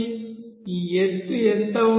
ఈ ఎత్తు ఎంత ఉండాలి